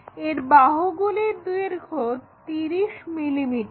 এর বাহুগুলির দৈর্ঘ্য 30 মিলিমিটার